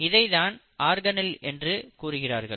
இதைத்தான் ஆர்கநெல் என்று கூறுகிறார்கள்